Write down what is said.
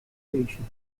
plantations